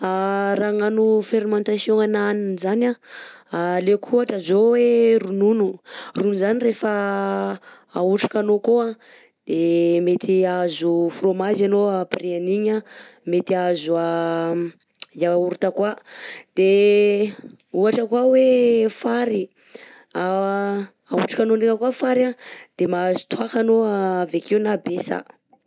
raha agnano fermentation hanina zany, aleko ohatra zao hoe ronono, ronono zany rehefa ahotrika anao akao an de mety ahazo fromage anao après an'igny, mety ahazo yaourt koà, de ohatra koà hoe fary ahotrika anao ndreka koà fary de mahazo toaka anao avekeo na betsa.